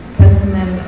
personal